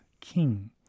king